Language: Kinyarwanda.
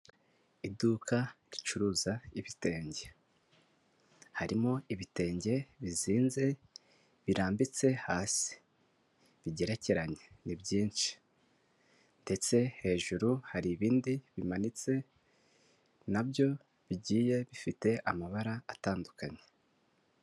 Iduka ricuruza ibitenge. Harimo ibitenge bizinze, birambitse hasi bigerekeranye ni byinshi ndetse hejuru hari ibindi bimanitse na byo bigiye bifite amabara atandukanye.